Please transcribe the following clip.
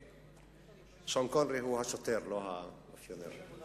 שון קונרי הוא השוטר ולא המאפיונר.